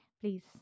please